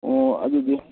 ꯑꯣ ꯑꯗꯨꯗꯤ